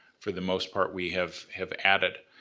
for the most part we have have added.